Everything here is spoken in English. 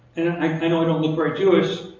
i know i don't look very jewish,